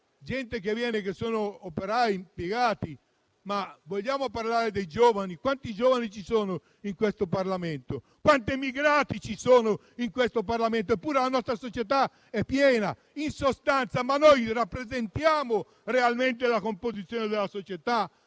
Ho citato prima operai e impiegati, ma vogliamo parlare dei giovani? Quanti giovani ci sono in questo Parlamento? Quanti immigrati ci sono in questo Parlamento? Eppure la nostra società ne è piena. In sostanza, noi rappresentiamo realmente la composizione della società?